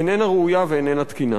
איננה ראויה ואיננה תקינה.